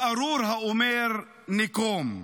"וְאָרוּר הָאוֹמֵר: נְקֹם!"